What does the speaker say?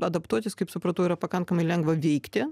adaptuotis kaip supratau yra pakankamai lengva veikti